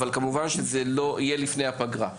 אבל כמובן שזה לא יהיה לפני הפגרה,